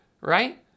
Right